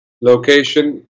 location